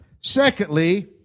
Secondly